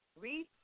read